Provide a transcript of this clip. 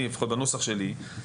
אני לפחות בנוסח שלי,